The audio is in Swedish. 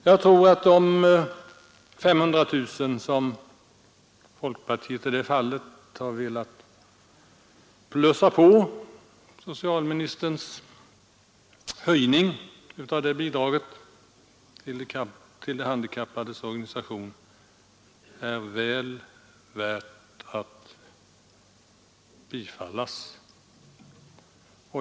Jag tror att de 500 000 kronor som folkpartiet i detta fall har velat ”plussa på” socialministerns höjning av bidraget till de handikappades organisationer är väl värda att satsas.